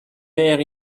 were